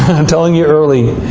i'm telling you early.